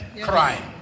crime